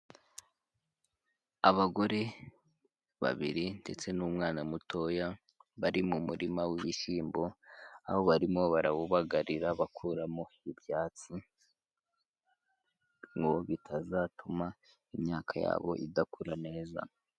Abagore babiri ndetse n'umwana mutoya bari mu murima w'ibishyimbo, aho barimo barawubagarira bakuramo ibyatsi ngo bitazatuma imyaka yabo idakura neza.